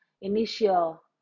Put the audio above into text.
initial